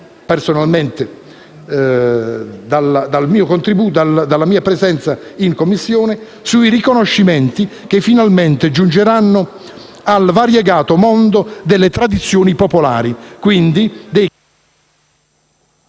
parte politica e dalla mia presenza in Commissione sui riconoscimenti che finalmente giungeranno al variegato mondo delle tradizioni popolari,